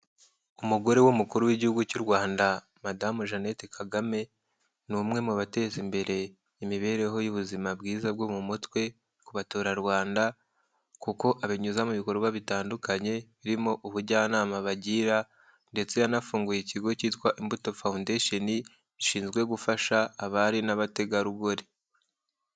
Umugore w'umukuru w'igihugu cy'u Rwanda Madamu Jeannette Kagame, ni umwe mu bateza imbere imibereho y'ubuzima bwiza bwo mu mutwe ku baturarwanda kuko abinyuza mu bikorwa bitandukanye, birimo ubujyanama bagira ndetse yanafunguye ikigo cyitwa Imbuto Foundation gishinzwe gufasha abari n'abategarugori.